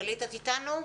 גלית, את איתנו?